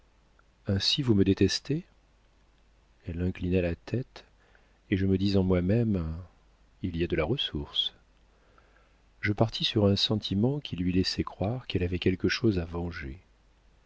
ainsi vous me détestez elle inclina la tête et je me dis en moi-même il y a de la ressource je partis sur un sentiment qui lui laissait croire qu'elle avait quelque chose à venger